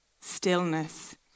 stillness